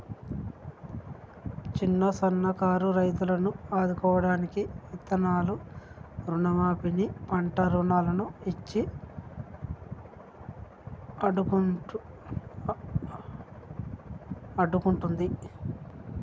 చిన్న సన్న కారు రైతులను ఆదుకోడానికి విత్తనాలను రుణ మాఫీ ని, పంట రుణాలను ఇచ్చి ఆడుకుంటుంది